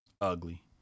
Ugly